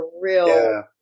real